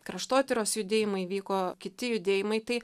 kraštotyros judėjimai vyko kiti judėjimai tai